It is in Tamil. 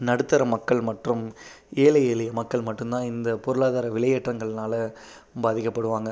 நடுத்தர மக்கள் மற்றும் ஏழை எளிய மக்கள் மட்டும் தான் இந்த பொருளாதார விலையேற்றங்கள்னால் பாதிக்கப்படுவாங்க